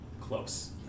close